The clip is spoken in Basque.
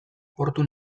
portu